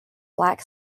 black